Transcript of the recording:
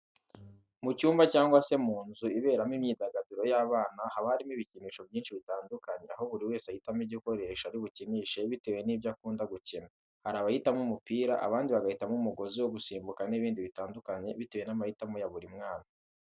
Mu cyumba cyangwa se mu nzu iberamo imyidagaduro y'abana, haba harimo ibikinisho byinshi bitandukanye, aho buri wese ahitamo igikoresho ari bukinishe bitewe n'ibyo akunda gukina. Hari abahitamo umupira, abandi bagahitamo umugozi wo gusimbuka n'ibindi bitandukanye, bitewe n'amahitamo ya buri mwana.